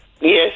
Yes